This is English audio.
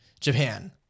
Japan